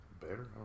better